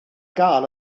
gael